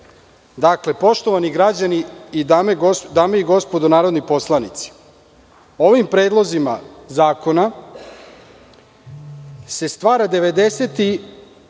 poštovani građani i dame i gospodo narodni poslanici, ovim predlozima zakona se stvara 66